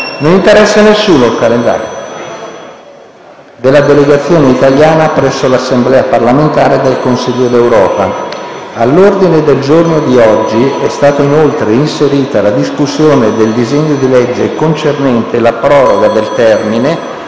e nove supplenti della delegazione italiana presso l'Assemblea parlamentare del Consiglio d'Europa. All'ordine del giorno di oggi è stata inoltre inserita la discussione del disegno di legge concernente la proroga del termine